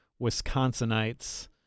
Wisconsinites